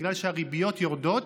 בגלל שהריביות יורדות,